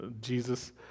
Jesus